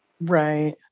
Right